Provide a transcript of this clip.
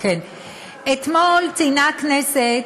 אתמול ציינה הכנסת